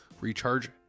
Recharge